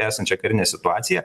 esančią karinę situaciją